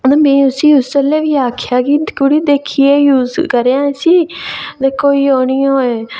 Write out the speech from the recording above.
ते में उसी उसलै बी आखेआ कि कुड़िये दिक्खियै यूज़ करेआं इसी ते कोई ओह् निं होऐ